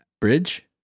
bridge